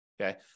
okay